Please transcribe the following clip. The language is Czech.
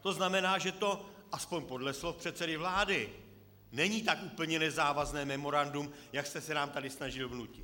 To znamená, že to, aspoň podle slov předsedy vlády, není tak úplně nezávazné memorandum, jak jste se nám tady snažil vnutit.